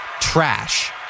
trash